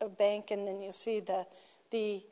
a bank and then you see the the